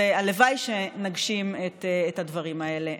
והלוואי שנגשים את הדברים האלה.